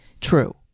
true